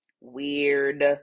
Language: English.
Weird